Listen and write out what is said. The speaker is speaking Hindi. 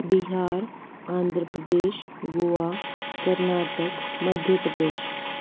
बिहार आंध्र प्रदेश गोआ कर्नाटक मध्य प्रदेश